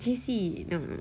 J_C no no